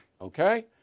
Okay